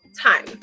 time